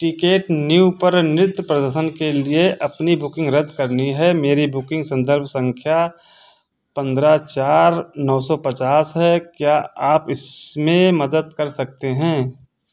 ticket new पर नृत्य प्रदर्शन के लिए अपनी बुकिन्ग रद्द करनी है मेरी बुकिन्ग सन्दर्भ सँख्या पन्द्रह चार नौ सौ पचास है क्या आप इसमें मदद कर सकते हैं